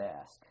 ask